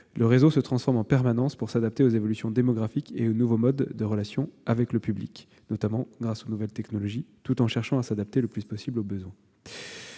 Le réseau se transforme en permanence pour s'adapter aux évolutions démographiques et aux nouveaux modes de relation avec le public, liés notamment aux nouvelles technologies, tout en cherchant à s'adapter le plus possible aux besoins.